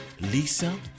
lisa